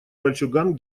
мальчуган